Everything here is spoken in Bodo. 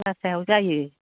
लाल साहयाव जायो